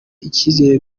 icyizere